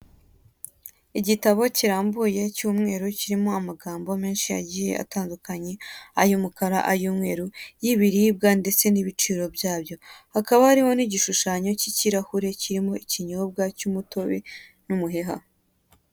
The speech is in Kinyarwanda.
Igitabo kirambuye, cy'umweru kirimo amagambo menshi agiye atandukanye; ay'umukara, ay'umweru, y'ibiribwa ndetse n'ibiciro byabyo. Hakaba hariho n'igishushanyo cy'ikirahure kirimo ikinyobwa cy'umutobe, n'umuheha.